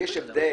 יש הבדל.